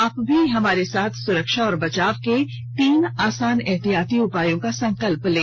आप भी हमारे साथ सुरक्षा और बचाव के तीन आसान एहतियाती उपायों का संकल्प लें